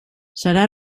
serà